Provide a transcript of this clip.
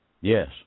Yes